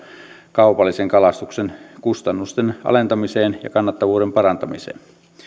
kaupallisen kalastuksen kustannusten alentamiseen ja kannattavuuden parantamiseen